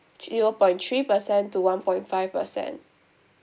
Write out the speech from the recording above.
zero point three per cent to one point five per cent